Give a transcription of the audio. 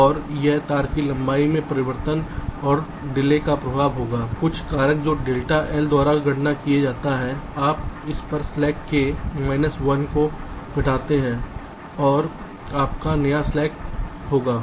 और यह तार की लंबाई में परिवर्तन और देरी का प्रभाव होगा कुछ कारक जो डेल्टा L द्वारा गुणा किया जाता है आप इस एक स्लैक K माइनस 1 को घटाते हैं जो आपका नया स्लैक होगा